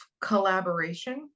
collaboration